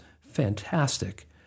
fantastic